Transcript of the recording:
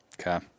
okay